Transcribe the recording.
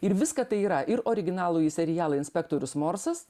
ir viską tai yra ir originalųjį serialo inspektorius morsas